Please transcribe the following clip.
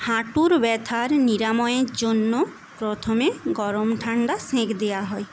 হাঁটুর ব্যথার নিরাময়ের জন্য প্রথমে গরম ঠাণ্ডা সেঁক দেওয়া হয়